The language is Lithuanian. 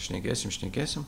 šnekėsim šnekėsim